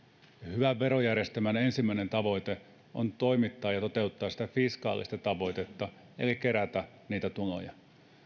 hyvän verojärjestelmän ensimmäinen tavoite on toimittaa ja toteuttaa fiskaalista tavoitetta eli kerätä tuloja